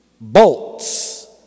bolts